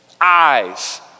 eyes